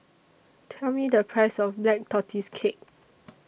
Tell Me The Price of Black Tortoise Cake